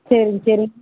சரிங்க சரிங்க